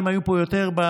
אם היו פה יותר במליאה,